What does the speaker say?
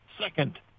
second